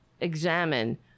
examine